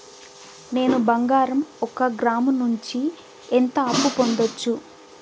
నేను బంగారం ఒక గ్రాము నుంచి ఎంత అప్పు పొందొచ్చు